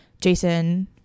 Jason